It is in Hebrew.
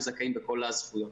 הם זכאים בכל הזכויות.